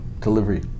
delivery